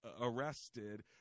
arrested